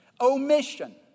Omission